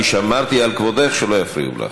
ואני שמרתי על כבודך שלא יפריעו לך.